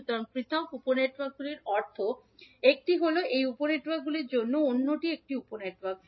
সুতরাং পৃথক উপ নেটওয়ার্কগুলির অর্থ একটি হল এটি হল এই উপ নেটওয়ার্কগুলি এবং অন্যটি হল এটি উপ নেটওয়ার্ক